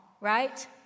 right